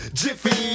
jiffy